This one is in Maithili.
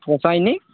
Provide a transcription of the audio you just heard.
रोतैनी